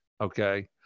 okay